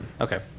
Okay